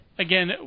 Again